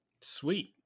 Sweet